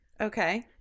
Okay